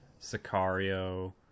Sicario